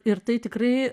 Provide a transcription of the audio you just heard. ir tai tikrai